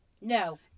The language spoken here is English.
No